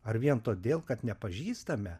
ar vien todėl kad nepažįstame